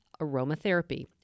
aromatherapy